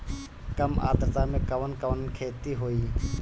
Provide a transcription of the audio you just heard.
कम आद्रता में कवन कवन खेती होई?